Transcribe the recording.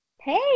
Hey